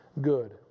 good